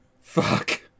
fuck